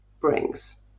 brings